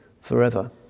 forever